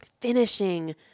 finishing